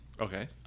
Okay